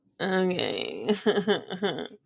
okay